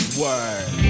Word